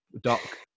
Doc